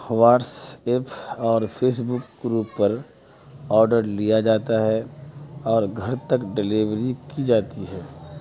what's app اور Facebook group پر order لیا جاتا ہے اور گھر تک ڈیلیوری کی جاتی ہے